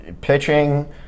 pitching